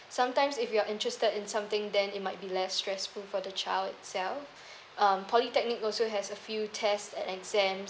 sometimes if you're interested in something then it might be less stressful for the child itself um polytechnic also has a few test and exam